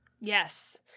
yes